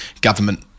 government